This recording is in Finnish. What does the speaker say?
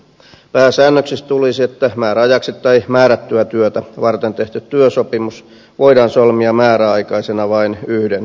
pääsäännöksi tulisi että määräajaksi tai määrättyä työtä varten tehty työsopimus voidaan solmia määräaikaisena vain yhden kerran